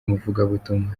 umuvugabutumwa